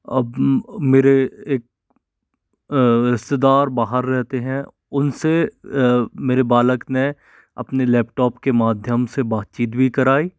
अब मेरे एक रिश्तेदार बाहर रहते हैं उन से मेरे बालक ने अपने लैपटॉप के माध्यम से बातचीत भी कराई